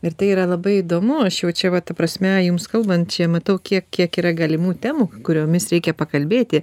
ir tai yra labai įdomu aš jau čia va ta prasme jums kalbant čia matau kiek kiek yra galimų temų kuriomis reikia pakalbėti